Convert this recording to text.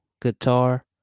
Guitar